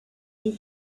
wie